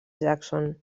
jackson